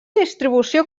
distribució